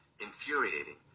infuriating